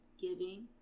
giving